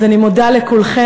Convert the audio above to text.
אז אני מודה לכולכם.